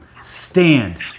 Stand